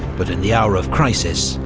but in the hour of crisis,